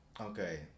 okay